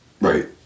right